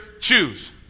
choose